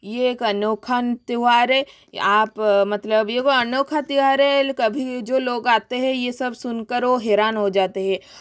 ये एक अनोखा त्यौहार है आप मतलब ये वो अनोखा त्यौहार है लोग कभी जो लोग आते हैं ये सब सुन कर हैरान हो जाते हैं